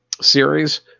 series